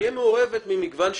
שכוללת בתוכה מגוון שיקולים.